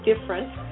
different